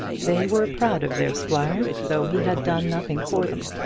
they were proud of their squire, though he had done nothing for them.